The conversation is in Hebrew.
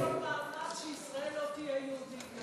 עושה כל מאמץ שישראל לא תהיה יהודית.